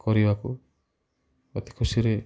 କରିବାକୁ ଅତି ଖୁସିରେ